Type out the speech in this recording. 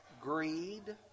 greed